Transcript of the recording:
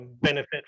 benefit